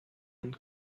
and